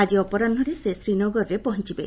ଆଜି ଅପରାହ୍ନରେ ସେ ଶ୍ରୀନଗରରେ ପହଞ୍ଚିବେ